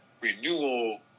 renewal